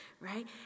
Right